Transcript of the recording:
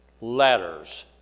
letters